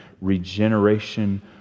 regeneration